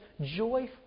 joyful